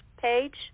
page